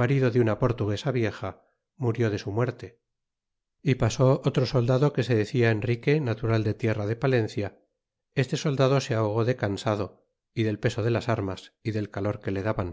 marido de una portuguesa vieja murió de su muerte é pasó otro soldado que se decia enrique natural de tierra de palencia este soldado se ahogó de cansado del peso de las armas ó del calor que le daban